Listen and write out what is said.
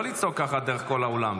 לא לצעוק ככה דרך כל האולם,